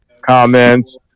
comments